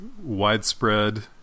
widespread